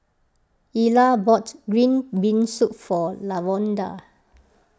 Ila bought Green Bean Soup for Lavonda